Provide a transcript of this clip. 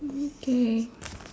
okay